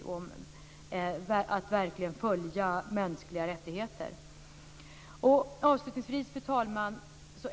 Vi får följa upp de mänskliga rättigheterna. Fru talman!